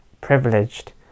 privileged